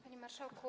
Panie Marszałku!